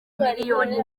miliyoni